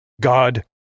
God